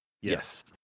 Yes